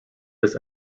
this